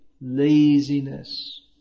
laziness